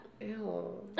Ew